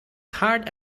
hard